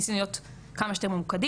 ניסינו להיות כמה שיותר ממוקדים,